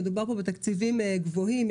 מדובר פה בתקציבים גבוהים.